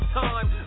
time